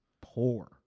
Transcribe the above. poor